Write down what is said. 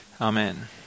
Amen